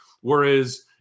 whereas